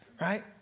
Right